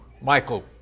Michael